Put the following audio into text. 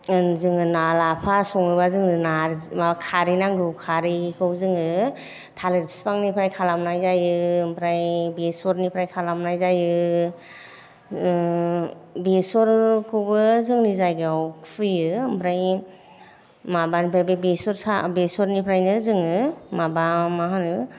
जोङो ना लाफा सङोबा खारै नांगौ खारैखौ जोङो थालिर बिफांनिफ्राय खालामनाय जायो ओमफ्राय बेसरनिफ्राय खालामनाय जायो बेसरखौबो जोंनि जायगायाव खुयो ओमफ्राय माबानिफ्राय बे बेसर बेसरनिफ्रायनो जोङो माबा मा होनो